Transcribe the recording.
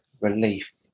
relief